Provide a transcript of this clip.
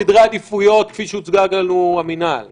קח את סדרי העדיפויות כפי שהוצגו לנו על ידי המינהל.